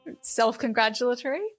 Self-congratulatory